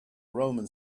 roman